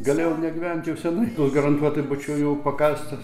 galėjau negyvent jau senai garantuotai būčiau jau pakastas